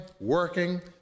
working